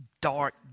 dark